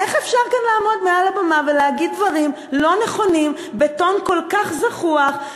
איך אפשר לעמוד כאן מעל הבמה ולהגיד דברים לא נכונים בטון כל כך זחוח,